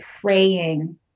praying